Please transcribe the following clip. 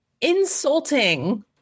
insulting